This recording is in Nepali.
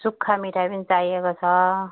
सुक्खा मिठाई पनि चाहिएको छ